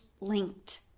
linked